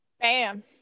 bam